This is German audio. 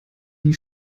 die